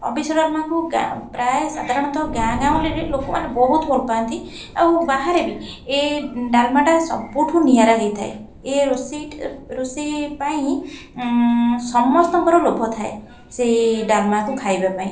ଅବିଷ ଡାଲମାକୁ ଗାଁ ପ୍ରାୟ ସାଧାରଣତଃ ଗାଁ ଗାଉଲିରେ ଲୋକମାନେ ବହୁତ ଭଲ ପାଆନ୍ତି ଆଉ ବାହାରେ ବି ଏ ଡାଲମାଟା ସବୁଠୁ ନିଆରା ହେଇଥାଏ ଏ ରୋଷେଇ ରୋଷେଇ ପାଇଁ ସମସ୍ତଙ୍କର ଲୋଭ ଥାଏ ସେଇ ଡାଲମାକୁ ଖାଇବା ପାଇଁ